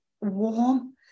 warm